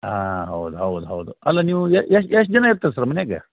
ಆಂ ಹೌದು ಹೌದು ಹೌದು ಅಲ್ಲ ನೀವು ಎಷ್ಟು ಎಷ್ಟು ಜನ ಇರ್ತೀರಿ ಸರ್ ಮನೇಗೆ